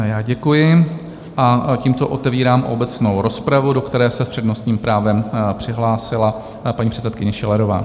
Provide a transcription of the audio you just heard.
Já děkuji a tímto otevírám obecnou rozpravu, do které se s přednostním právem přihlásila paní předsedkyně Schillerová.